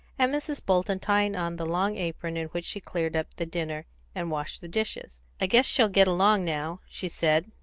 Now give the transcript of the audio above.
and mrs. bolton tying on the long apron in which she cleared up the dinner and washed the dishes. i guess she'll get along now, she said,